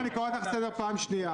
--- קארין, אני קורא לך לסדר פעם שנייה.